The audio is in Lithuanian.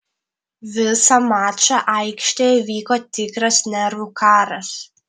visą mačą aikštėje vyko tikras nervų karas